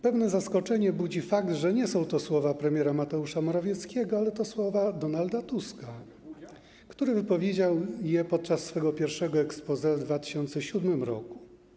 Pewne zaskoczenie budzi fakt, że nie są to słowa premiera Mateusza Morawieckiego, tylko Donalda Tuska, który wypowiedział je podczas swojego pierwszego exposé w 2007 r.